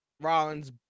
Rollins